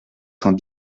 cent